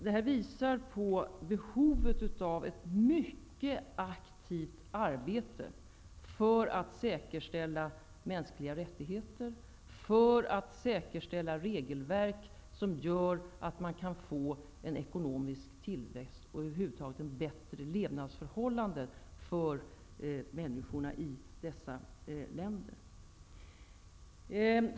Det här visar på behovet av ett mycket aktivt arbete för att säkerställa mänskliga rättigheter, för att säkerställa regelverk som gör att man kan få en ekonomisk tillväxt och över huvud taget bättre levnadsförhållanden för människorna i dessa länder.